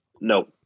No